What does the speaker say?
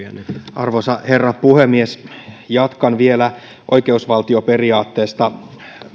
arvoisa herra puhemies jatkan vielä oikeusvaltioperiaatteesta